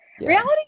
Reality